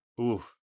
Oof